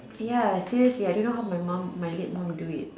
ya seriously I don't know how my mum my late mum do it